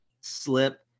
slip